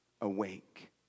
awake